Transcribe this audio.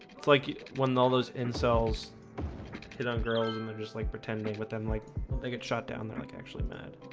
like you won all those in cells hit on girls and they're just like pretending with them like they get shot down. they're like actually mad.